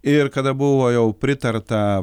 ir kada buvo jau pritarta